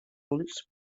ulls